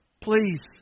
please